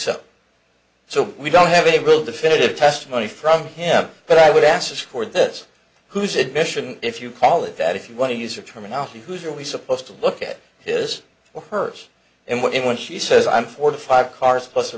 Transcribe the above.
so so we don't have a real definitive testimony from him but i would ask this for this who's admission if you call it that if you want to use or terminology whose are we supposed to look at is the hearse and what it when she says i'm forty five cars plus a